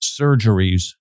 surgeries